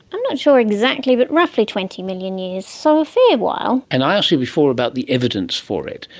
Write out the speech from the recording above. i'm not sure exactly but roughly twenty million years, so a fair while. and i asked you before about the evidence for it.